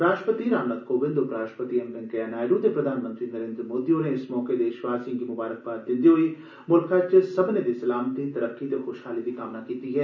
राष्ट्रपति रामनाथ कोविंद उपराष्ट्रपति एम वैकेइयां नायड् ते प्रधानमंत्री नरेन्द्र मोदी होरं इस मौके देशवासियें गी ममारकबाद दिन्दे होई मुल्खै च सब्बने दी सलामती तरक्की ते खुशहाली दी कामना कीती ऐ